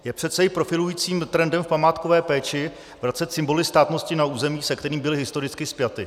Je přece i profilujícím trendem v památkové péči vracet symboly státnosti na území, se kterým byly historicky spjaty.